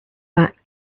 back